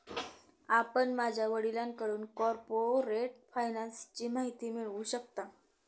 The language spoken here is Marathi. आपण माझ्या वडिलांकडून कॉर्पोरेट फायनान्सची माहिती मिळवू शकता